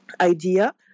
idea